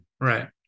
Right